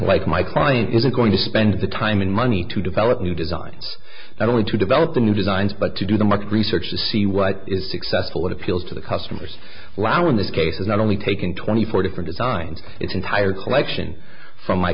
like my client isn't going to spend the time and money to develop new designs not only to develop a new designs but to do the market research to see what is successful what appeals to the customers allow in this case not only taken twenty four different designs its entire collection from my